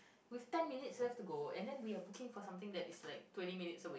with ten minutes left to go and then we're booking for something that is like twenty minutes away